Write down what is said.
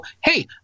hey